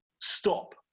stop